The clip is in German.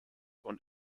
und